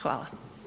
Hvala.